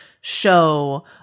show